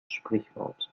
sprichwort